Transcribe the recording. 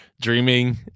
dreaming